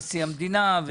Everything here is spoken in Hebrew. נשיא המדינה,